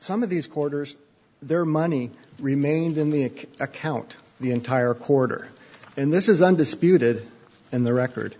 some of these quarters their money remained in the ik account the entire quarter and this is undisputed and the record